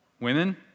Women